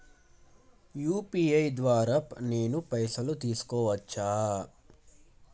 UPI ద్వారా నేను పైసలు తీసుకోవచ్చా?